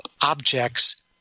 objects